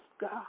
God